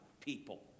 people